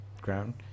ground